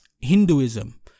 Hinduism